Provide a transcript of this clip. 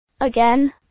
Again